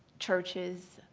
churches,